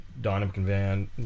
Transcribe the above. Donovan